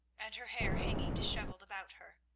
and her hair hanging dishevelled about her.